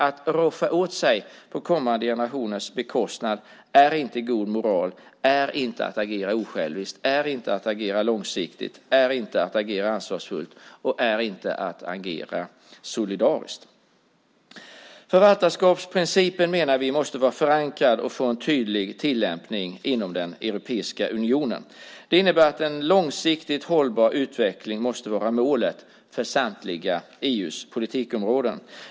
Att roffa åt sig på kommande generationers bekostnad är inte god moral. Det är inte att agera osjälviskt, långsiktigt, ansvarsfullt eller solidariskt. Vi menar att förvaltarskapsprincipen måste vara förankrad och få en tydlig tillämpning inom den europeiska unionen. Det innebär att en långsiktigt hållbar utveckling måste vara målet för samtliga EU:s politikområden.